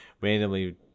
randomly